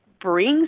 brings